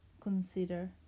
consider